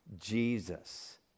Jesus